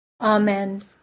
Amen